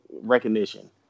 recognition